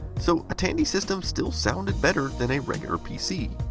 so a tandy system still sounded better than a regular pc.